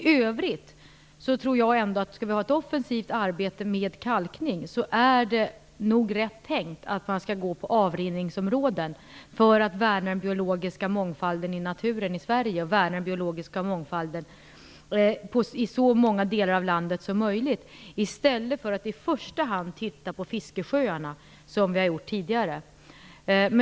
I övrigt tror jag att om vi skall ha ett offensivt arbete med kalkning är det nog rätt tänkt att man skall gå på avrinningsområden för att värna den biologiska mångfalden i naturen i Sverige och för att värna den biologiska mångfalden i så många delar av landet som möjligt, i stället för att i första hand titta på fiskesjöarna som vi har gjort tidigare.